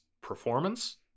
performance